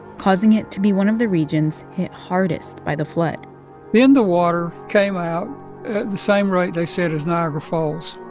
causing it to be one of the regions hit hardest by the flood then the water came out at the same rate, they said, as niagara falls.